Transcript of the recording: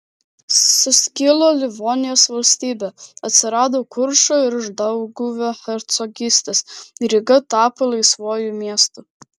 suskilo livonijos valstybė atsirado kuršo ir uždauguvio hercogystės ryga tapo laisvuoju miestu